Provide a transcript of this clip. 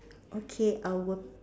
okay I will